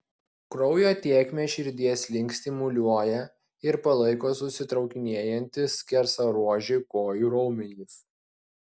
kraujo tėkmę širdies link stimuliuoja ir palaiko susitraukinėjantys skersaruožiai kojų raumenys